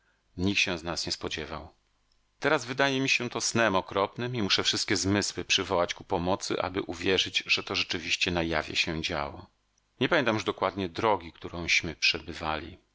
nikt się z nas nie spodziewał teraz wydaje mi się to snem okropnym i muszę wszystkie zmysły przywołać ku pomocy aby uwierzyć że to rzeczywiście na jawie się działo nie pamiętam już dokładnie drogi którąśmy przebywali